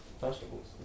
vegetables